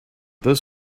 this